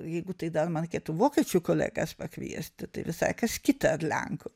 jeigu tai dar man reikėtų vokiečių kolegas pakviesti tai visai kas kita ar lenkų